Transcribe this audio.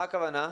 מה הכוונה?